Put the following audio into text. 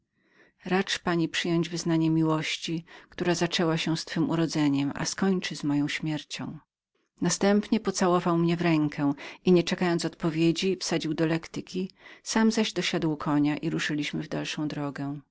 racz pani przyjąć wyznanie miłości która zaczęła się z twojem urodzeniem a skończy z moją śmiercią następnie pocałował mnie w rękę i nie czekając odpowiedzi wsadził do lektyki sam zaś dosiadł konia i ruszyliśmy w dalszą drogę